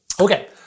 Okay